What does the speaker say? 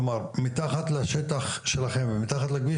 כלומר מתחת לשטח שלכם ומתחת לכביש,